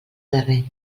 darrer